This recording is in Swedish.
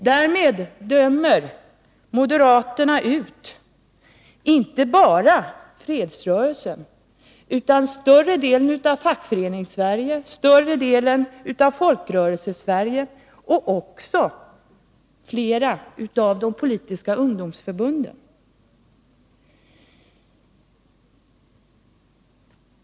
Därmed dömer moderaterna ut inte bara fredsrörelsen utan också större delen av Fackföreningssverige, större delen av Folkrörelsesverige och också flera av de politiska ungdomsförbunden.